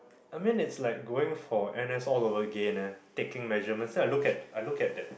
I mean is like going for N_S all over again leh taking measurements and then I look at I look at that